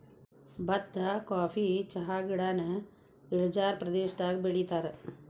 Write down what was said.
ಬತ್ತಾ ಕಾಫಿ ಚಹಾಗಿಡಾನ ಇಳಿಜಾರ ಪ್ರದೇಶದಾಗ ಬೆಳಿತಾರ